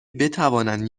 بتوانند